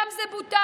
גם זה בוטל.